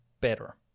better